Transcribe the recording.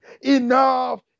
Enough